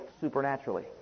supernaturally